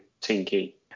Tinky